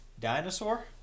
dinosaur